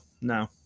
no